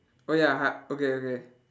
oh ya hy~ okay okay